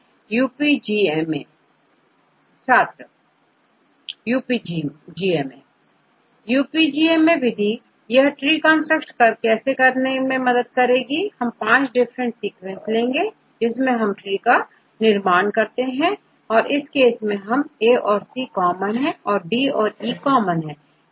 Student UPGMA UPGMA विधि हम यहां पर ट्री कंस्ट्रक्ट कैसे करते हैं हम पांच डिफरेंट सीक्वेंसेस लेते हैं जिससे हम ट्री का निर्माण करते हैं तो इस केस में A औरC कॉमन हैं औरD औरE कॉमन है